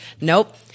Nope